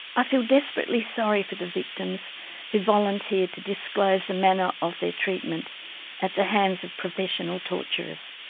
i feel desperately sorry for the victims who volunteered to disclose the manner of their treatment at the hands of professional torturers.